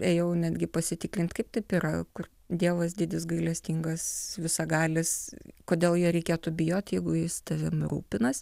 ėjau netgi pasitikrinti kaip taip yra kur dievas didis gailestingas visagalis kodėl jo reikėtų bijoti jeigu jis tavimi rūpinasi